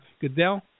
Goodell